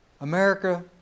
America